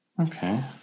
Okay